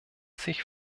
sich